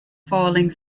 falling